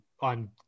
on